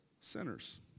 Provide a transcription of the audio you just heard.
sinners